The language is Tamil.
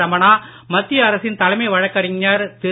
ரமணா மத்திய அரசின் தலைமை வழக்கறிஞர் திரு